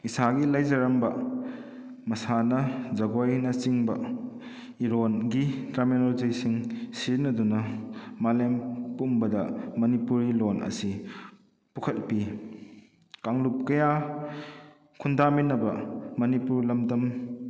ꯏꯁꯥꯒꯤ ꯂꯩꯖꯔꯝꯕ ꯃꯁꯥꯟꯅ ꯖꯒꯣꯏꯅꯆꯤꯡꯕ ꯏꯔꯣꯟꯒꯤ ꯇꯔꯃꯤꯅꯣꯂꯣꯖꯤꯁꯤꯡ ꯁꯤꯖꯤꯟꯅꯗꯨꯅ ꯃꯥꯂꯦꯝ ꯄꯨꯝꯕꯗ ꯃꯅꯤꯄꯨꯔꯤ ꯂꯣꯟ ꯑꯁꯤ ꯄꯨꯈꯠꯄꯤ ꯀꯥꯡꯂꯨꯞ ꯀꯌꯥ ꯈꯨꯟꯗꯥꯃꯤꯟꯅꯕ ꯃꯅꯤꯄꯨꯔ ꯂꯝꯗꯝ